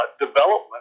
development